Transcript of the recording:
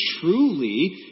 truly